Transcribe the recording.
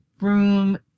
room